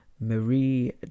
marie